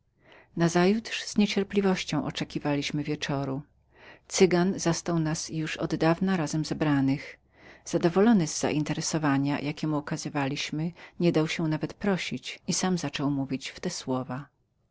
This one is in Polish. nie widzieliśmy nazajutrz zniecierpliwością oczekiwaliśmy wieczoru cygan zastał nas już od dawna razem zebranych zadowolony z zajęcia jakie mu okazywaliśmy nie dał się nawet prosić i sam zaczął mówić w te słowa